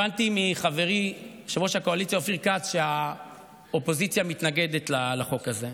הבנתי מחברי יושב-ראש הקואליציה אופיר כץ שהאופוזיציה מתנגדת לחוק הזה.